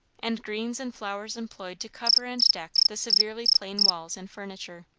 and greens and flowers employed to cover and deck the severely plain walls and furniture.